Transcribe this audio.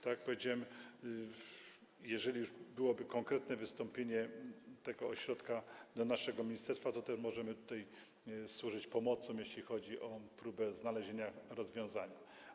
Tak jak powiedziałem, jeżeli byłoby konkretne wystąpienie tego ośrodka do naszego ministerstwa, to moglibyśmy służyć pomocą, jeśli chodzi o próbę znalezienia rozwiązania.